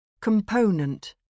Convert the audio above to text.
Component